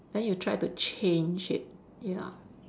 then you try to change it ya